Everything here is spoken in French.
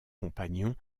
compagnons